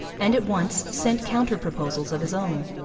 and at once sent counter-proposals of his own.